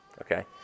Okay